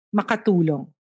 makatulong